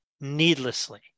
needlessly